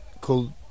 called